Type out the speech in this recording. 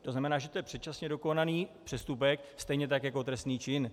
To znamená, že to je předčasně dokonaný přestupek stejně tak jako trestný čin.